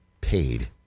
paid